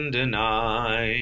deny